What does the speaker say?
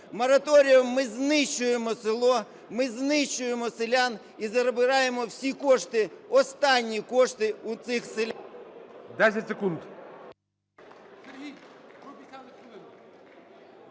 Мораторієм ми знищуємо село, ми знищуємо селян і забираємо всі кошти, останні кошти у цих селян…